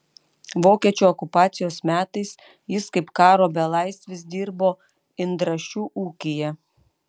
vokiečių okupacijos metais jis kaip karo belaisvis dirbo indrašių ūkyje